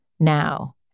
Now